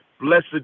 blessed